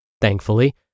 thankfully